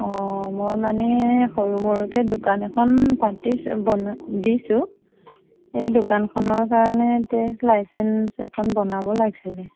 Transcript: অঁ মই মানে সৰু সৰুকে দোকান এখন পাতিছোঁ দিছোঁ এই দোকানখনৰ কাৰণে ট্ৰেড লাইচেঞ্চ এখন বনাব লাগিছিলে